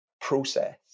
process